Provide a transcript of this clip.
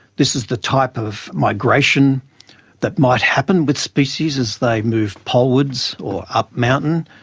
this is the type of migration that might happen with species as they move pole-wards or up mountain,